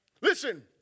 Listen